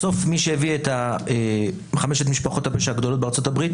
בסוף מה שהביא את חמשת משפחות הפשע הגדולות בארצות הברית